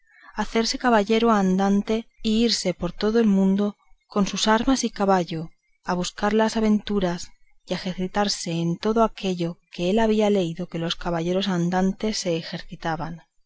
hacerse caballero andante y irse por todo el mundo con sus armas y caballo a buscar las aventuras y a ejercitarse en todo aquello que él había leído que los caballeros andantes se ejercitaban